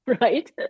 Right